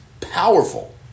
powerful